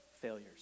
failures